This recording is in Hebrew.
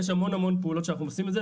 יש המון פעולות שאנחנו עושים בשביל זה,